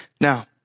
Now